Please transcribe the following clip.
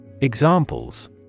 Examples